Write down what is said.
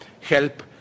help